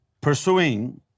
pursuing